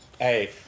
Hey